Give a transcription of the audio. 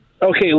Okay